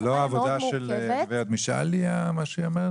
זאת לא העבודה של הגברת משעלי מה שהיא אומרת?